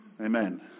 Amen